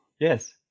yes